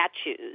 statues